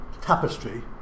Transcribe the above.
tapestry